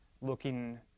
looking